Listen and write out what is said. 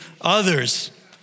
others